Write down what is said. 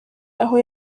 aho